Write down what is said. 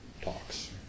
talks